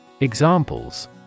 Examples